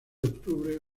octubre